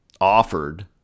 offered